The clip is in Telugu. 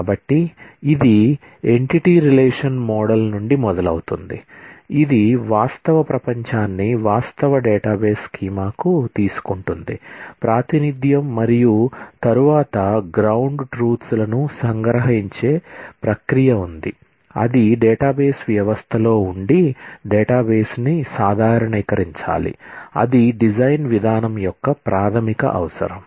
కాబట్టి ఇది ఎంటిటీ రిలేషన్ మోడల్ లను సంగ్రహించే ప్రక్రియ ఉంది అది డేటాబేస్ వ్యవస్థలో ఉండి డేటాబేస్ను సాధారణీకరించాలి అది డిజైన్ విధానం యొక్క ప్రాథమిక అవసరం